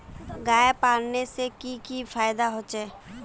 गाय पालने से की की फायदा होचे?